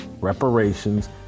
reparations